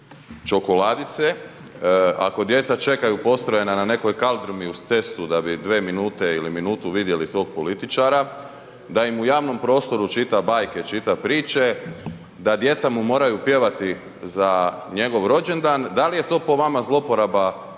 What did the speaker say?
čokoladice, ako djeca čekaju postrojena na nekoj kaldrmi uz cestu da bi 2 minute ili minutu vidjeli tog političara, da im u javnom prostoru čita bajke, čita priče, da djeca mu moraju pjevati za njegov rođendan, da li je to po vama zlouporaba